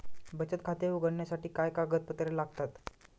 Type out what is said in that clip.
बचत खाते उघडण्यासाठी काय कागदपत्रे लागतात?